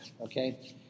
Okay